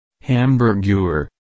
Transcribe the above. Hamburger